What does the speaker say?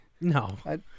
No